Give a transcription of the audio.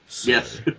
Yes